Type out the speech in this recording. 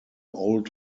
old